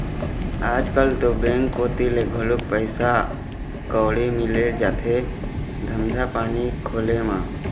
आजकल तो बेंक कोती ले घलोक पइसा कउड़ी मिल जाथे धंधा पानी खोले म